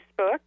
Facebook